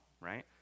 right